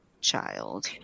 child